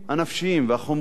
הנפשיים והחומריים,